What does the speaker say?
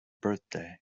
birthday